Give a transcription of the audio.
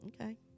Okay